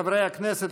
חברי הכנסת,